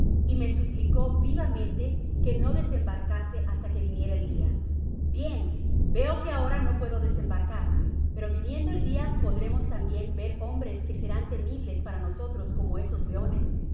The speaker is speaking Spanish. y me suplicó vivamente que no desembarcase hasta que viniera el dia bien veo que ahora no puedo desembarcar pero viniendo el dia podremos tambien ver hombres que serán temibles para nosotros como eísos leones